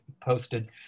posted